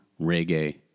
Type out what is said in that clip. reggae